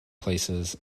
places